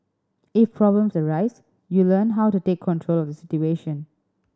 if problems arise you learn how to take control of the situation